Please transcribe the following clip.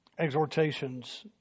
Exhortations